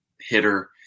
hitter